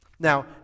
Now